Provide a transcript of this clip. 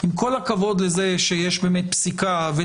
עם כל הכבוד לזה שיש פסיקה.